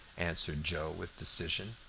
answered joe with decision.